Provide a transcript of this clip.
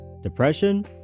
depression